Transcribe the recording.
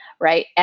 right